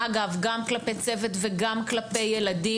אגב, גם כלפי צוות, וגם כלפי ילדים.